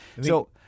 So-